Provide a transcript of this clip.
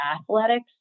athletics